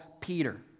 Peter